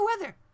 weather